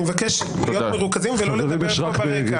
אני מבקש להיות מרוכזים ולא לדבר ברקע.